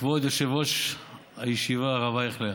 כבוד יושב-ראש הישיבה, הרב אייכלר,